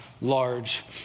large